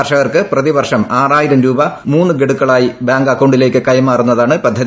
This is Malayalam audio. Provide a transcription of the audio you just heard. കർഷ കർക്ക് പ്രതിവർഷം ആറായിരം രൂപ മൂന്ന് ഗഢുക്കളായി ബാങ്ക് അക്കൌണ്ടിലേക്ക് കൈമാറുന്നതാണ് പദ്ധതി